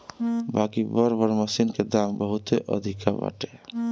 बाकि बड़ बड़ मशीन के दाम बहुते अधिका बाटे